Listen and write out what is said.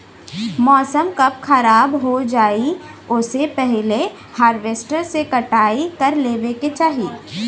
मौसम कब खराब हो जाई ओसे पहिले हॉरवेस्टर से कटाई कर लेवे के चाही